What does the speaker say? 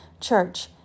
church